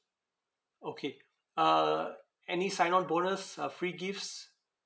okay uh any sign on bonus uh free gifts